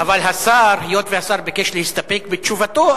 אבל היות שהשר ביקש להסתפק בתשובתו,